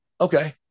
okay